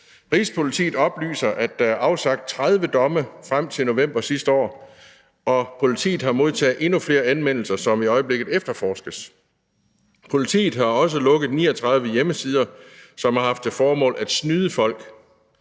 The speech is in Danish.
Rigspolitiet oplyser, at der er afsagt 30 domme frem til november sidste år, og politiet har modtaget endnu flere anmeldelser, som i øjeblikket efterforskes. Politiet har også lukket 39 hjemmesider, som har haft til formål at snyde folk.